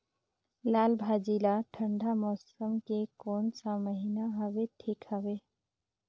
लालभाजी ला ठंडा मौसम के कोन सा महीन हवे ठीक हवे?